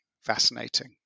fascinating